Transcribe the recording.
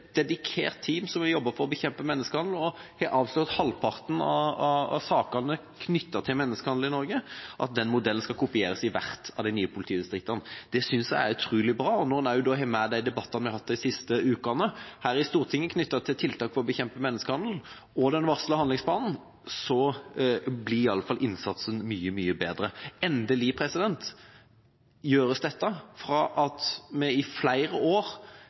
dedikert team har jobbet med å bekjempe menneskehandel og avslørt halvparten av sakene knyttet til menneskehandel i Norge, skal kopieres i hvert av de nye politidistriktene. Det synes jeg det er utrolig bra. Når vi også tar med de debattene som vi har hatt de siste ukene i Stortinget om tiltak for å bekjempe menneskehandel, og den varslede handlingsplanen, blir i alle fall innsatsen mye bedre. Endelig gjøres dette. Etter at vi i flere år